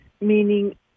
meaning